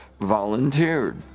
volunteered